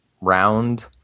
round